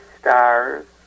stars